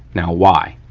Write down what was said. now why?